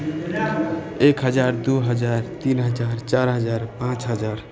एक हजार दू हजार तीन हजार चारि हजार पाँच हजार